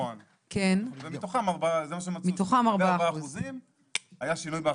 נכון, ומתוכם 4% היה שינוי בהכנסות.